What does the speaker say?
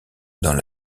dans